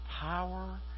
power